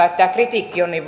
että tämä kritiikki on niin